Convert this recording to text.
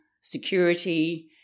security